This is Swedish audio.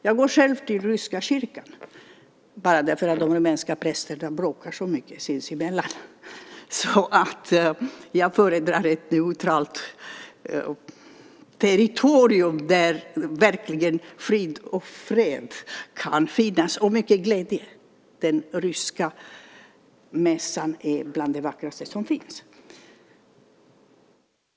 Jag går själv till den ryska kyrkan därför att de rumänska prästerna bråkar så mycket sinsemellan. Jag föredrar därför ett neutralt territorium där frid och fred och mycket glädje verkligen kan finnas. Den ryska mässan är bland det vackraste som finns.